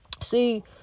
See